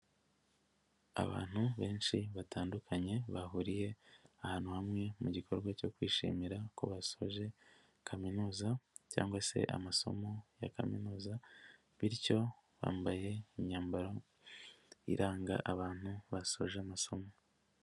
Abantu benshi batandukanye bahuriye ahantu hamwe, mu mugikorwa cyo kwishimira ko basoje kaminuza cyangwa se amasomo ya kaminuza, bityo bambaye imyambaro iranga abantu basoje amasomo.